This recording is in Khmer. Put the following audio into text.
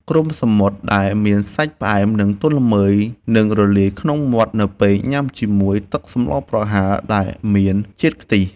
គ្រំសមុទ្រដែលមានសាច់ផ្អែមនិងទន់ល្មើយនឹងរលាយក្នុងមាត់នៅពេលញ៉ាំជាមួយទឹកសម្លប្រហើរដែលមានជាតិខ្ទិះ។